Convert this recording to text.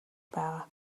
байгаа